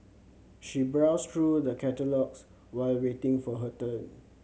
she browsed through the catalogues while waiting for her turn